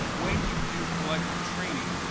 when you do collective training.